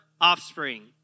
offspring